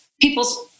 people's